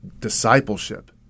discipleship